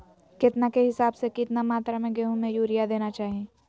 केतना के हिसाब से, कितना मात्रा में गेहूं में यूरिया देना चाही?